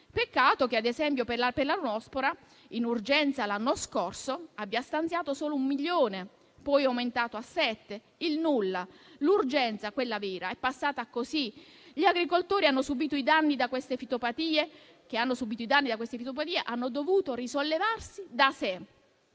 peccato che, ad esempio, per la peronospora, in urgenza l'anno scorso, abbia stanziato solo un milione, poi aumentato a sette milioni: il nulla. L'urgenza, quella vera, è passata così. Gli agricoltori che hanno subìto i danni da queste fitopatie hanno dovuto risollevarsi da sé.